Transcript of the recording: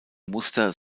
muster